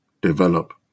develop